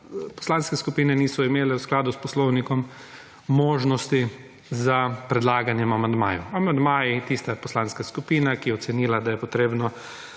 poslanske skupine niso imele v skladu s poslovnikom možnosti za predlaganje amandmajev. Amandmaji tista poslanska skupina, ki je ocenila, da je potrebno